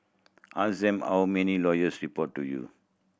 ask them how many lawyers report to you